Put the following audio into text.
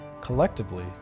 Collectively